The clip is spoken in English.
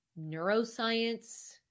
neuroscience